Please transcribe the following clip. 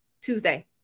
Tuesday